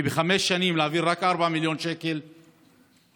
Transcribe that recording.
כי בחמש שנים להעביר רק 4 מיליון שקל, קטסטרופה.